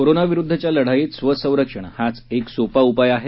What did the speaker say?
कोरोनाविरुद्दच्या लढाईत स्वसंरक्षण हाच एक सोपा उपाय आहे